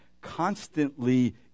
constantly